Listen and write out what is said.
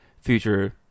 future